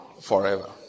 forever